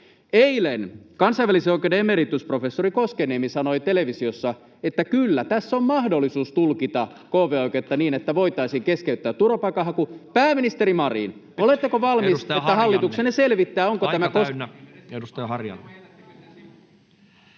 Eilen kansainvälisen oikeuden emeritusprofessori Koskenniemi sanoi televisiossa, että kyllä tässä on mahdollisuus tulkita kv-oikeutta niin, että voitaisiin keskeyttää turvapaikanhaku. Pääministeri Marin, oletteko valmis, [Puhemies huomauttaa ajasta] että hallituksenne selvittää, onko tämä…